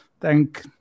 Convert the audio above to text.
thank